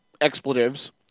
expletives